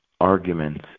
arguments